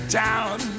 town